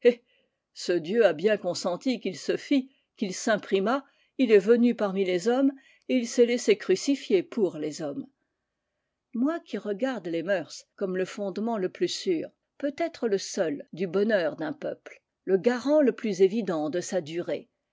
ce dieu a bien consenti qu'il se fit qu'il s'imprimât il est venu parmi les hommes et il s'est laissé crucifier pour les hommes moi qui regarde les mœurs comme le fondement le plus sûr peut-être le seul du bonheur d'un peuple le garant le plus évident de sa durée